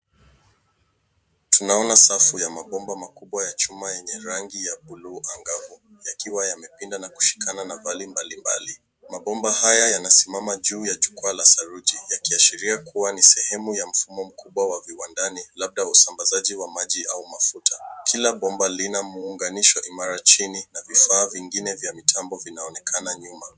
Tunaona safu ya mabomba makubwa ya chuma yenye rangi ya buluu angavu yakiwa yamepinda na kushikana na fani mbali mbali. Mabomba haya yanasimama juu ya jukwaa la saruji yakiashiria kuwa ni sehemu ya mfumo mkubwa wa viwandani labda usambazaji wa maji au mafuta. Kila bomba Lina muunganishi imara cha chini na vifaa vingine vya mitambo vinaonekana nyumba.